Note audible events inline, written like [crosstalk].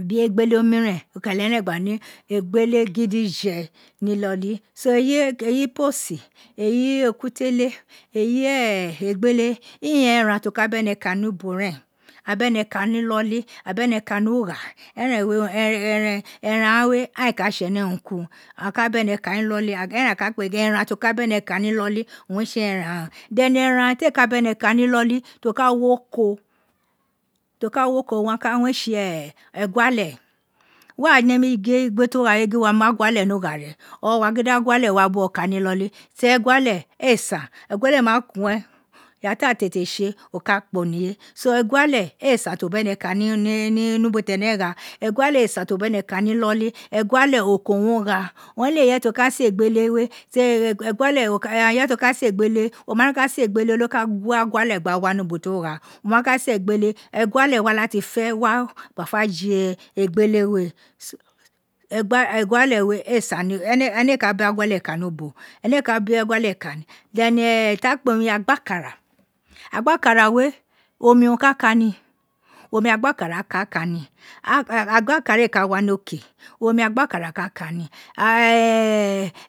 Bin egbele miren o ka leghe ne gba ne egbele gidije ni iloli so eyi [hesitation] iposi eyi ekutele eyi egbele ighan eran ti o ka bene ka ni ubo ren aghan bene ka ni iloli, agha bene kani ugha eren we [hesitation] eran ghan we aghan es ku tse ene urun ki urun aghan ka bene kan iloli eren aka kpe [hesitation] eran ti o ka bene kani dolu owun re tse eran ghan, then eran ti éè ka bene kani iloli ti o ka wi oko owun re tse e eguale we wa nem gin egbe ti wa gha we wo wa mu eguale ni ughu ra ori wo wa gin di eguale wa buwo kani iloli ten eguale éè san eguale ma kuen ira ti a tete tse, o ku kpa onife so eguale éè san to bene ka ni [hesitation] who tene gha eguale éè sa to bene kani iloli eguale oko won gha, owun re leghe irefe ti o ka sen egbele we te egunle [hesitation] aghan neye ti o kan sen egbele wo ma ka sen egbele do ka gwo eghale wa ni ubo fi wo ma gha, wo ma ka seri egbele eguale wa lati fe wa gha fe je egbele we so eguale we ree sa [hesitation] ene ee ka ba eguale kani ubo ene ee la be eguale kani, then ti a kpe wun agbakara, agbakara ka tani, a [hesitation] igbakare ee ka wa ni oke omi agbakara ka ka ni [hesitation]